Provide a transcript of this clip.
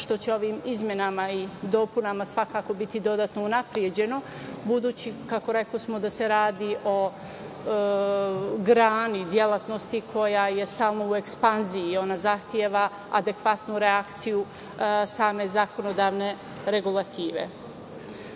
što će ovim izmenama i dopunama svakako biti dodatno unapređeno, budući, kako rekosmo da se radi o grani delatnosti koja je stalno u ekspanziji i ona zahteva adekvatnu reakciju same zakonodavne regulative. Malopre